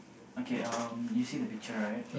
okay um you see the picture right